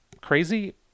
crazy